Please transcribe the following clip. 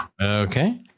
okay